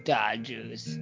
Dodgers